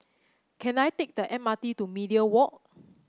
can I take the M R T to Media Walk